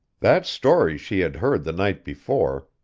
that story she had heard the night before,